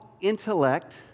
intellect